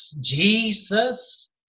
Jesus